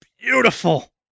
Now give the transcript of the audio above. beautiful